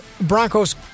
Broncos